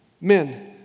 Men